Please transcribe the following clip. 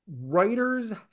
Writers